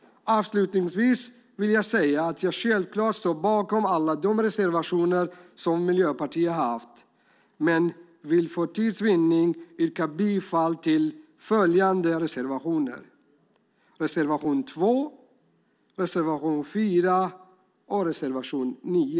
Avslutningsvis vill jag säga att jag självklart står bakom alla Miljöpartiets reservationer, men för tids vinning vill jag yrka bifall till följande reservationer: reservationerna 2, 4 och 9.